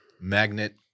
magnet